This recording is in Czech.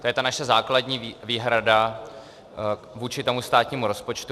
To je ta naše základní výhrada vůči tomu státnímu rozpočtu.